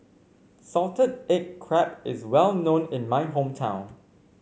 Salted Egg Crab is well known in my hometown